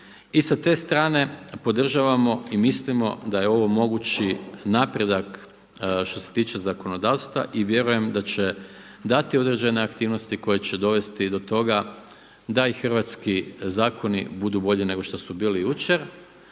I sa te strane podržavamo i mislimo da je ovo mogući napredak što se tiče zakonodavstva i vjerujem da će dati određene aktivnosti koje će dovesti do toga da i hrvatski zakoni budu bolji nego što su bili jučer.